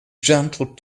gentle